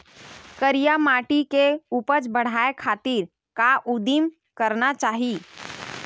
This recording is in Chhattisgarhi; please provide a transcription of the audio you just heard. करिया माटी के उपज बढ़ाये खातिर का उदिम करना चाही?